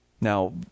Now